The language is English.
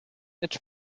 its